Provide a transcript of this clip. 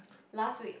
last week